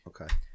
Okay